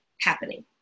happening